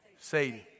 Satan